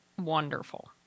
wonderful